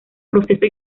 proceso